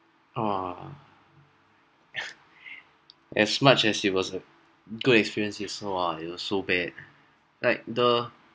err much as it was a good experience you saw ah it was so bad like the